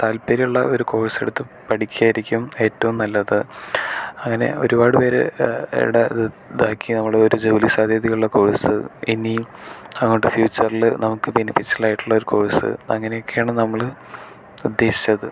താല്പര്യമുള്ള ഒരു കോഴ്സ് എടുത്തു പഠിക്കുകയായിരിക്കും ഏറ്റവും നല്ലത് അങ്ങനെ ഒരുപാടുപേരുടെ ഇതാക്കി നമ്മൾ ഒരു ജോലി സാധ്യതയുള്ള കോഴ്സ് ഇനി അങ്ങോട്ട് ഫ്യൂച്ചറിൽ നമുക്ക് ബെനിഫിഷ്യലായിട്ടുള്ള ഒരു കോഴ്സ് അങ്ങനെയൊക്കെയാണ് നമ്മൾ ഉദ്ദേശിച്ചത്